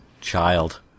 child